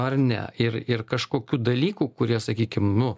ar ne ir ir kažkokių dalykų kurie sakykim nu